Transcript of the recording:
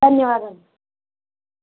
ధన్యవాదాలు